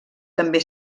també